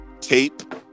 tape